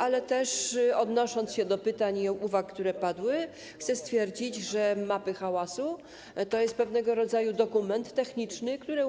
A odnosząc się do pytań i uwag, które padły, chcę stwierdzić, że mapy hałasu to jest pewnego rodzaju dokument techniczny, który